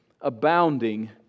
abounding